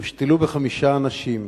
הושתלו בחמישה אנשים.